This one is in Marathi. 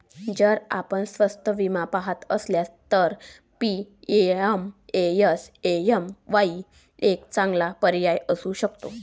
जर आपण स्वस्त विमा पहात असाल तर पी.एम.एस.एम.वाई एक चांगला पर्याय असू शकतो